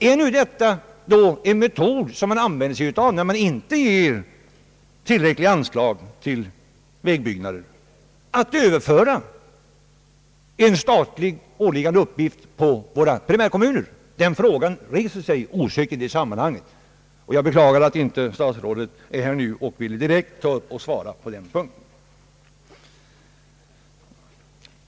Är nu detta en metod som man använder när man inte ger tillräckliga anslag till vägbyggnader — att överföra en staten åliggande uppgift på våra primärkommuner? Den frågan inställer sig osökt i sammanhanget. Jag beklagar att statsrådet inte är här och vill svara direkt.